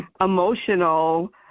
emotional